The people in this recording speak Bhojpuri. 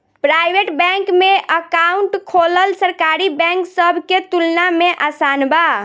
प्राइवेट बैंक में अकाउंट खोलल सरकारी बैंक सब के तुलना में आसान बा